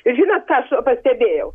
ir žinot ką aš pastebėjau